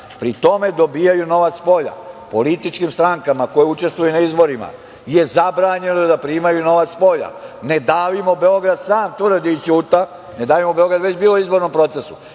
Pri tome dobijaju novac spolja. Političkim strankama koje učestvuju na izborima je zabranjeno da primaju novac spolja. „Ne davimo Beograd“ sam tvrdi i ćuti, već su bili u izborom procesu,